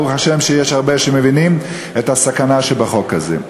ברוך השם שיש הרבה שמבינים את הסכנה שבחוק הזה.